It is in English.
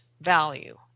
value